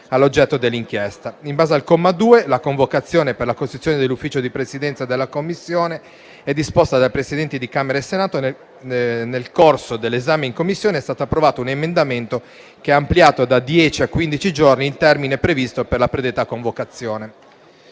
all'oggetto dell'inchiesta. In base al comma 2, la convocazione per la costruzione dell'Ufficio di Presidenza della Commissione è disposta dai Presidenti di Camera e Senato. Nel corso dell'esame in Commissione è stata approvato un emendamento che ha ampliato da dieci a quindici giorni il termine previsto per la predetta convocazione.